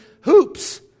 hoops